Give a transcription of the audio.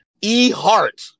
E-Heart